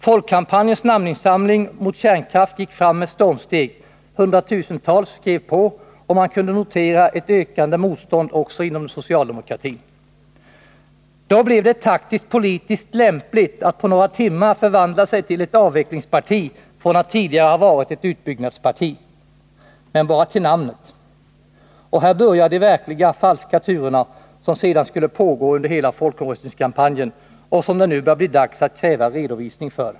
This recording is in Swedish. Folkkampanjens namninsamling mot kärnkraft gick fram med stormsteg, hundratusentals skrev på, och man kunde notera ett ökande motstånd också inom socialdemokratin. Då blev det taktiskt-politiskt lämpligt att på några timmar förvandla sig till ett avvecklingsparti från att tidigare ha varit ett utbyggnadsparti. Men det var bara till namnet. Och här börjar de verkligt falska turerna, som sedan skulle pågå under hela folkomröstningskampanjen och som det nu börjar bli dags att kräva redovisning för.